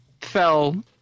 Fell